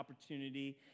opportunity